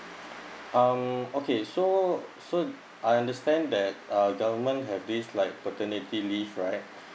um okay so so I understand that uh government have this like paternity leave right